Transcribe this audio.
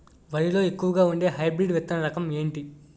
వరి లో ఎక్కువుగా వాడే హైబ్రిడ్ విత్తన రకం ఏంటి?